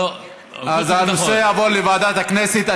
אז הנושא יעבור לוועדת הכנסת.